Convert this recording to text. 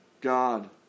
God